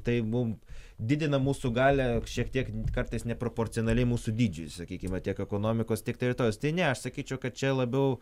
tai mum didina mūsų galią šiek tiek kartais neproporcionaliai mūsų dydžiui sakykim va tiek ekonomikos tiek teritorijos tai ne aš sakyčiau kad čia labiau